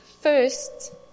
first